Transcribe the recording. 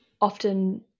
often